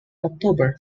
october